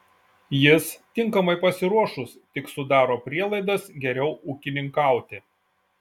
jis tinkamai pasiruošus tik sudaro prielaidas geriau ūkininkauti